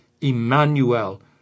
Emmanuel